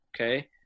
Okay